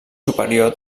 superior